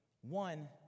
One